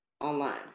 online